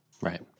Right